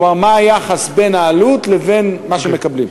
כלומר מה היחס בין העלות לבין מה שמקבלים?